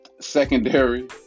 Secondary